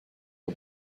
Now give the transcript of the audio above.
the